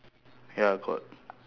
ya got